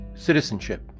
Citizenship